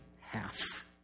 half